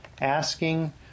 asking